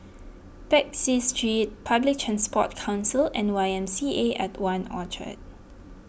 Peck Seah Street Public Transport Council and Y M C A at one Orchard